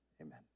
amen